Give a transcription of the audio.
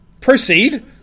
Proceed